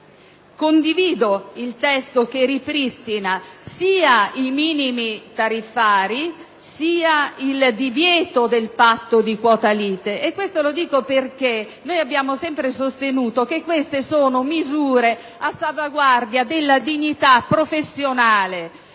condivido il testo che ripristina sia i minimi tariffari, sia il divieto del patto di quota lite. Lo dico perché abbiamo sempre sostenuto che queste sono da un lato misure a salvaguardia della dignità professionale